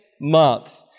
month